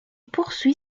poursuit